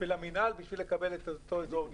ולמנהל בכדי לקבל את אותו אזור גידול.